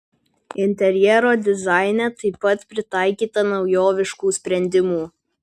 interjero dizaine taip pat pritaikyta naujoviškų sprendimų